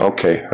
Okay